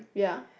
ya